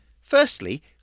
Firstly